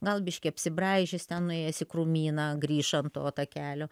gal biškį apsibraižys ten nuėjęs į krūmyną grįš ant to takelio